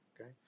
Okay